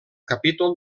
capítol